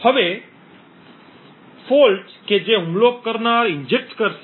હવે દોષ કે જે હુમલો કરનાર ઈન્જેક્ટ કરશે